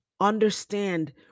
Understand